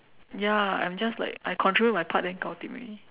ya I'm just like I control my part then gao tim already